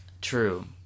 True